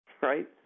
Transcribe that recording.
Right